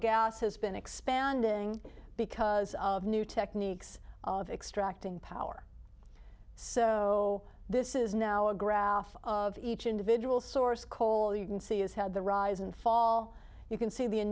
gas has been expanding because of new techniques of extracting power so this is now a graph of each individual source coal you can see is how the rise and fall you can see the